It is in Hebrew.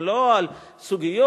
לא על סוגיות,